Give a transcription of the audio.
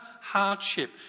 hardship